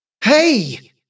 Hey